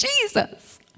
Jesus